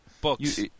Books